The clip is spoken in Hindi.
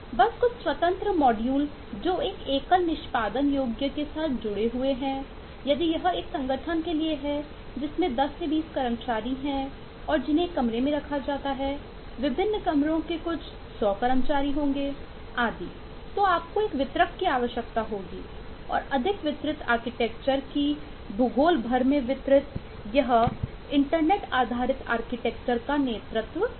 बस कुछ स्वतंत्र मॉड्यूल जो एक एकल निष्पादन योग्य में एक साथ जुड़े हुए हैं यदि यह एक संगठन के लिए है जिसमें 10 20 कर्मचारि है और जिन्हें एक कमरे में रखा जाता है विभिन्न कमरों के कुछ 100 कर्मचारि होंगे आदि तो आपको एक वितरक की आवश्यकता होगी और अधिक वितरित आर्किटेक्चर का नेतृत्व करता है